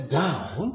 down